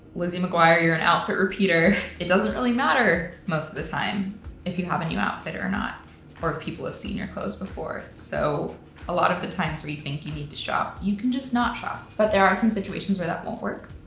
lizzie mcguire, you're an outfit repeater. it doesn't really matter most of the time if you have a new outfit or not or if people have seen your clothes before. so a lot of the times where you think you need to shop, you can just not shop. but there are some situations where that won't work.